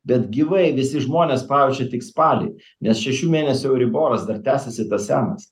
bet gyvai visi žmonės pavyzdžiui tik spalį nes šešių mėnesių euriboras dar tęsiasi tas senas